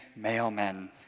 mailmen